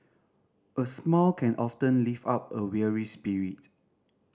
a smile can often lift up a weary spirit